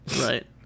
Right